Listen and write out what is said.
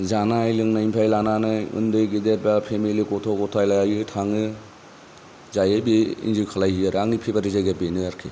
जानाय लोंनायनिफ्राय लानानै उन्दै गेदेर बा फेमिलि गथ' गथाय लायो थाङो जायो बे एन्जय खालाहैयो आरो आंनि फेभारेट जायगाया बेनो आरोखि